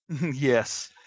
yes